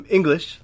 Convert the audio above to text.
English